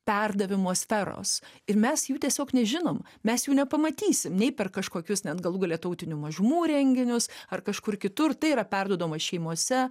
perdavimo sferos ir mes jų tiesiog nežinom mes jų nepamatysim nei per kažkokius net galų gale tautinių mažumų renginius ar kažkur kitur tai yra perduodama šeimose